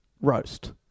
roast